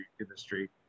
industry